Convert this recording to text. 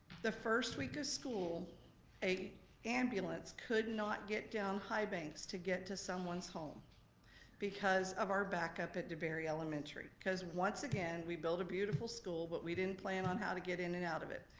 the first week of school an ambulance could not get down highbanks to get to someone's home because of our backup at debary elementary. cause, once again, we built a beautiful school but we didn't plan on how to get in and out of it.